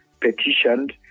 petitioned